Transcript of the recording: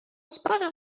sprawia